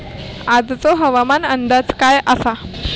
आजचो हवामान अंदाज काय आसा?